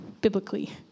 biblically